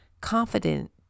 confident